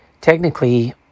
technically